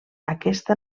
aquesta